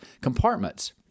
compartments